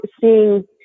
seeing